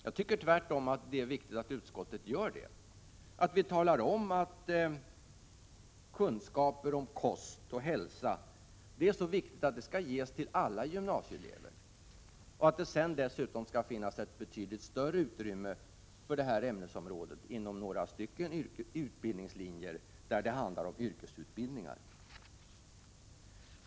Jag tycker tvärtom att det är viktigt att utskottet gör det och uttalar att kunskaper om kost och hälsa är så viktiga att de skall ges till alla gymnasieelever och att det dessutom skall finnas ett betydligt större utrymme för detta ämnesområde inom några utbildningslinjer med yrkesinriktning.